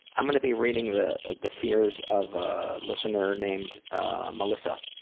i'm going to be reading the the fears of a listener named melissa.